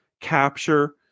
capture